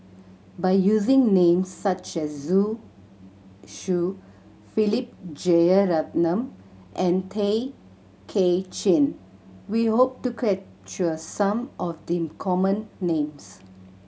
by using names such as Zhu Xu Philip Jeyaretnam and Tay Kay Chin we hope to capture some of the common names